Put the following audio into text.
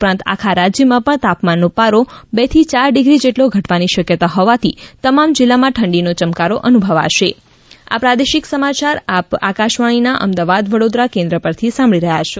ઉપરાંત આખા રાજ્યમાં પણ તાપમાનનો પારો બે થી ચાર ડિગ્રી જેટલો ઘટવાની શક્યતા હોવાથી તમામ જિલ્લામાં ઠંડીનો ચમકારો અનુભવાશે કોરોના સંદેશ આ પ્રાદેશિક સમાચાર આપ આકશવાણીના અમદાવાદ વડોદરા કેન્દ્ર પરથી સાંભળી રહ્યા છો